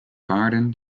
paarden